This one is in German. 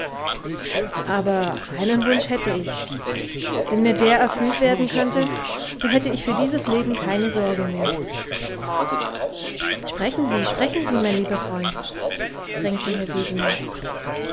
aber einen wunsch hätte ich wenn mir der erfüllt werden könnte so hätte ich für dieses leben keine sorge mehr sprechen sie sprechen sie mein lieber freund drängte herr sesemann